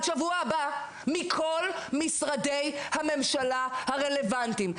שבוע הבא מכל משרדי הממשלה הרלוונטיים.